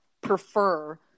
prefer